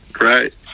Right